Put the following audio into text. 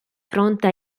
fronte